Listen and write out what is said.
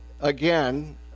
again